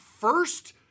first